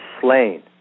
slain